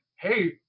hey